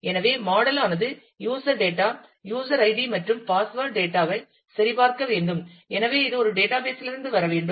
எனவே மாடல் ஆனது user data user ID மற்றும் பாஸ்வேட் டேட்டா ஐ சரிபார்க்க வேண்டும் எனவே இது ஒரு டேட்டாபேஸ் லிருந்து வர வேண்டும்